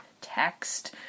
text